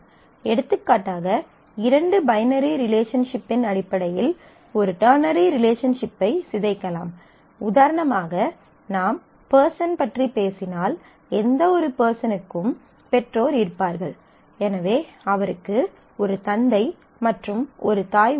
எடுத்துக்காட்டாக இரண்டு பைனரி ரிலேஷன்ஷிப்பின் அடிப்படையில் ஒரு டெர்னரி ரிலேஷன்ஷிப்பை சிதைக்கலாம் உதாரணமாக நாம் பெர்சன் பற்றிப் பேசினால் ஒவ்வொரு பெர்சனுக்கும் பெற்றோர் இருப்பார்கள் எனவே அவருக்கு ஒரு தந்தை மற்றும் ஒரு தாய் உள்ளனர்